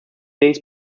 days